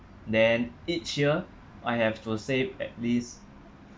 then each year I have to save at least